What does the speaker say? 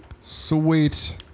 Sweet